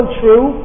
true